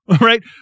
Right